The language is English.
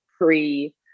pre-